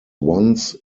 once